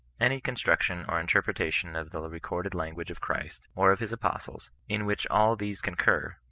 any construction or interpreta tion of the recorded language of christ, or of his apostles, in which all these concur,